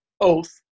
oath